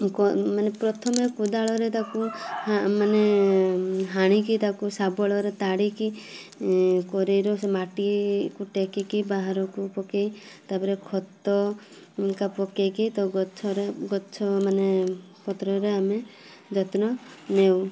ମାନେ ପ୍ରଥମେ କୋଦାଳରେ ତାକୁ ମାନେ ହାଣିକି ତାକୁ ଶାବଳରେ ତାଡ଼ିକି କରେଇର ସେ ମାଟିକୁ ଟେକିକି ବାହାରକୁ ପକାଇ ତା ପରେ ଖତ କା ପକେଇକି ଗଛ ମାନେ ପତ୍ରରେ ଆମେ ଯତ୍ନ ନେଉ